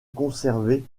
conservées